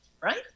right